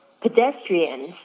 pedestrians